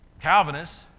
Calvinists